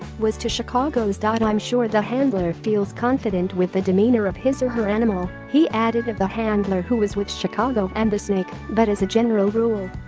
was to chicago's. i'm sure the handler feels confident with the demeanor of his her her animal, he added of the handler who was with chicago and the snake, but as a general rule